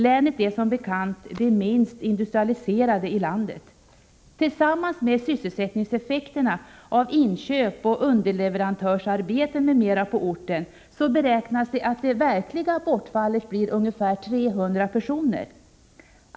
Länet är som bekant det minst industrialiserade i landet. Nedläggningen, tillsammans med sysselsättningseffekterna då det gäller inköp och underleverantörsarbeten m.m. på orten, beräknas innebära att det verkliga bortfallet blir ungefär 300 arbetstillfällen.